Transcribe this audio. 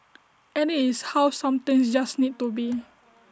and IT is how some things just need to be